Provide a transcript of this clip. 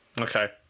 Okay